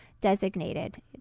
designated